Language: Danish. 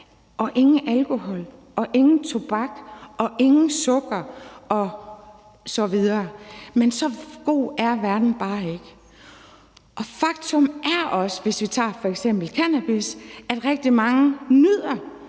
og ingen alkohol og ingen tobak og ingen sukker osv., men så god er verden bare ikke. Faktum er også, hvis vi tager f.eks. cannabis, at rigtig mange nyder